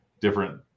different